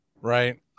right